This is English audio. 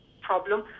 problem